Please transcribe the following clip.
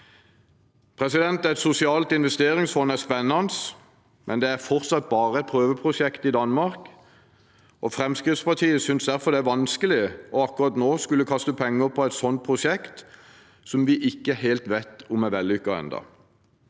vi har. Et sosialt investeringsfond er spennende, men det er fortsatt bare et prøveprosjekt i Danmark. Fremskrittspartiet synes derfor det er vanskelig akkurat nå å skulle bruke penger på et sånt prosjekt som vi ennå ikke helt vet om er vellykket.